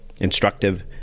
instructive